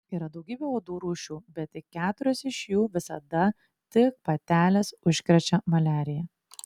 yra daugybė uodų rūšių bet tik keturios iš jų visada tik patelės užkrečia maliarija